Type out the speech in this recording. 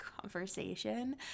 conversation